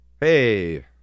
Hey